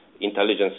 intelligence